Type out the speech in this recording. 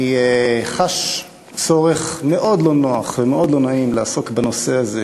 אני חש צורך מאוד לא נוח ומאוד לא נעים לעסוק בנושא הזה,